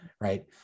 Right